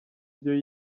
byo